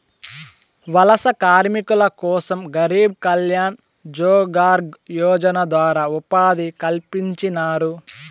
వలస కార్మికుల కోసం గరీబ్ కళ్యాణ్ రోజ్గార్ యోజన ద్వారా ఉపాధి కల్పించినారు